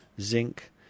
zinc